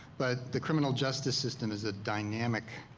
but the criminal justice system is a dynamic